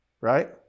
Right